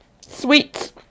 sweet